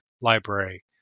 library